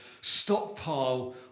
stockpile